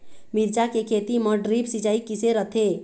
मिरचा के खेती म ड्रिप सिचाई किसे रथे?